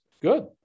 Good